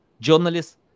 journalists